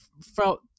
felt